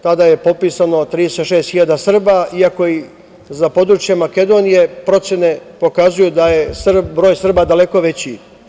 Tada je popisano 36.000 Srba, iako za područje Makedonije procene pokazuju da je broj Srba daleko veći.